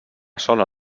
sola